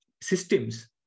systems